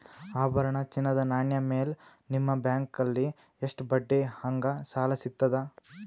ಆಭರಣ, ಚಿನ್ನದ ನಾಣ್ಯ ಮೇಲ್ ನಿಮ್ಮ ಬ್ಯಾಂಕಲ್ಲಿ ಎಷ್ಟ ಬಡ್ಡಿ ಹಂಗ ಸಾಲ ಸಿಗತದ?